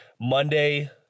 monday